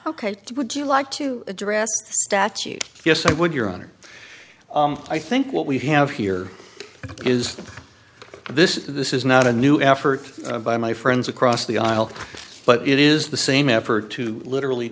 ok would you like to address statute yes i would your honor i think what we have here is the this is a this is not a new effort by my friends across the aisle but it is the same effort to literally